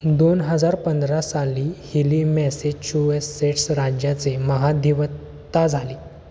दोन हजार पंधरा साली हिली मेसेचुएसेट्स राज्याचे महाधिवक्ता झाली